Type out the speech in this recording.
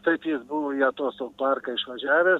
taip jis buvo į atostogų parką išvažiavęs